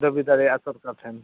ᱫᱟᱹᱵᱤ ᱫᱟᱲᱮᱭᱟᱜᱼᱟ ᱥᱚᱨᱠᱟᱨ ᱴᱷᱮᱱ